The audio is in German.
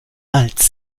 als